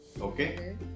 okay